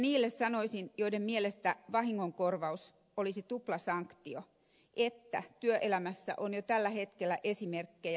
sanoisin niille joiden mielestä vahingonkorvaus olisi tuplasanktio että työelämässä on jo tällä hetkellä esimerkkejä